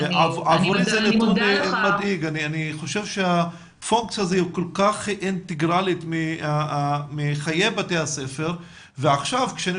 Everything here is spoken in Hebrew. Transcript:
אני חושב שהתפקיד הזה הוא כל כך אינטגרלי מחיי בתי הספר ועכשיו כשאני